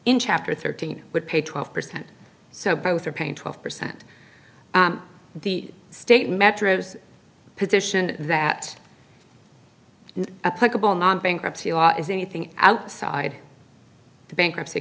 in chapter thirteen would pay twelve percent so both are paying twelve percent the state metrobus position that applicable non bankruptcy law is anything outside the bankruptcy